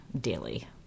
daily